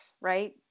Right